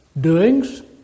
doings